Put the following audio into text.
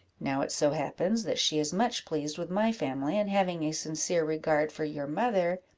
now it so happens that she is much pleased with my family, and having a sincere regard for your mother,